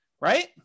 right